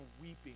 weeping